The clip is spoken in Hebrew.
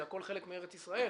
זה הכול חלק מארץ ישראל,